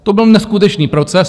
To byl neskutečný proces.